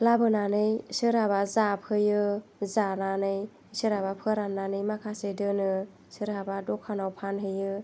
लाबोनानै सोरहाबा जाफैयो जानानै सोरहाबा फोराननानै माखासे दोनो सोरहाबा दखानाव फानहैयो